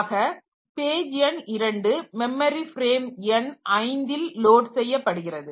ஆக பேஜ் எண் 2 memory frame எண் 5 ல் லோடு செய்யப்படுகிறது